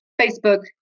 facebook